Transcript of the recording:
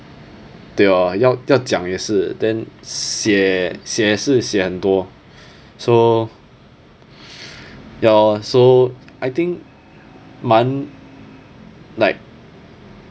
对 lor 要要讲也是 then 写写是写很多 so ya lor so I think 蛮 like